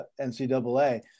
NCAA